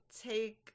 take